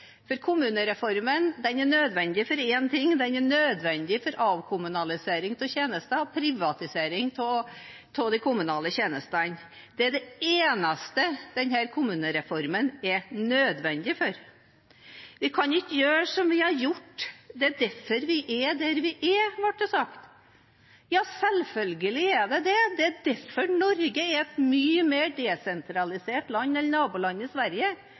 for kommunereformen er nødvendig for én ting: Den er nødvendig for avkommunalisering av tjenester og privatisering av de kommunale tjenestene. Det er det eneste denne kommunereformen er nødvendig for. Det ble sagt at vi kan ikke gjøre som vi har gjort, det er derfor vi er der vi er. – Ja, selvfølgelig er det det. Det er derfor Norge er et mye mer desentralisert land enn nabolandet Sverige.